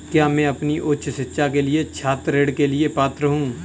क्या मैं अपनी उच्च शिक्षा के लिए छात्र ऋण के लिए पात्र हूँ?